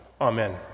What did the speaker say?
Amen